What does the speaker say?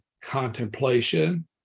contemplation